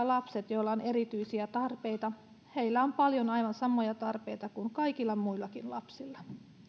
lapset joilla on erityisiä tarpeita heillä on paljon aivan samoja tarpeita kuin kaikilla muillakin lapsilla